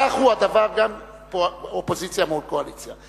כך הוא הדבר גם באופוזיציה מול קואליציה.